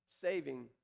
saving